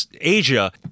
Asia